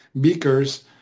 beakers